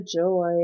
joy